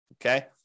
Okay